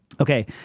Okay